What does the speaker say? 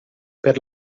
per